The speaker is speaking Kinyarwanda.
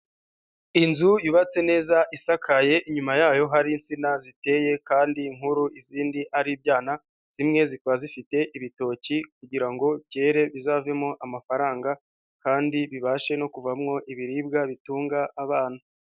Inzu yubatse neza isakaye, inyuma yayo hari insina ziteye kandi nkuru izindi ari ibyana, zimwe zikaba zifite ibitoki kugira ngo byera bizavemo amafaranga kandi bibashe no kuvamo ibiribwa bitunga abana.